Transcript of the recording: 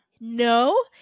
No